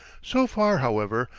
so far, however,